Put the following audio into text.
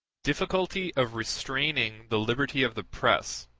difficulty of restraining the liberty of the press